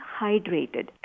hydrated